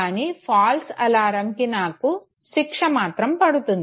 కానీ ఫాల్స్ అలర్మ్స్కి నాకు శిక్ష మాత్రం పడుతుంది